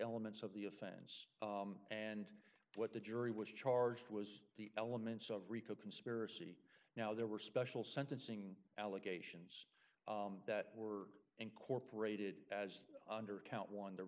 elements of the offense and what the jury was charged was the elements of rico conspiracy now there were special sentencing allegations that were incorporated as under count on